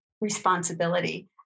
responsibility